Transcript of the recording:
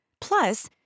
Plus